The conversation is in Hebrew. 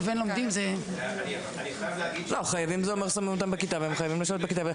זה אומר ששמים אותם בכיתה והם חייבים לשבת בכיתה.